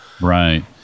Right